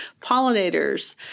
Pollinators